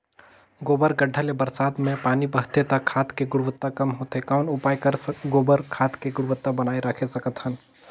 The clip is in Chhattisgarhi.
गोबर गढ्ढा ले बरसात मे पानी बहथे त खाद के गुणवत्ता कम होथे कौन उपाय कर गोबर खाद के गुणवत्ता बनाय राखे सकत हन?